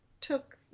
took